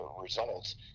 results